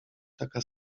taka